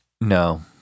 No